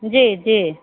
जी जी